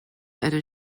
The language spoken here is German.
eine